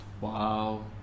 Wow